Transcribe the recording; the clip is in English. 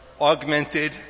augmented